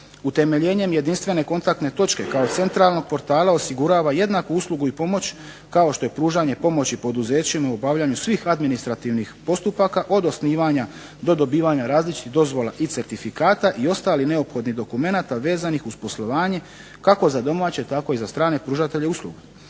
utemeljenjem jedinstvene kontaktne točke kao centralnog portala osigurava jednaku uslugu i pomoć kao što je pružanje pomoći poduzećima u obavljanju svih administrativnih postupaka od osnivanja do dobivanja različitih dozvola i certifikata i ostalih neophodnih dokumenata vezanih uz poslovanje kako za domaće, tako i za strane pružatelje usluga.